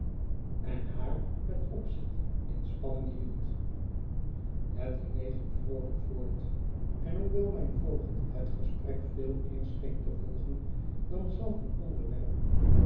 en haar met opzet in spanning hield het diner ging vroolijk voort enhoewel mijn voogd het gesprek veeleer scheen te volgen dan zelf een onderwerp